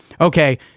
okay